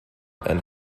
and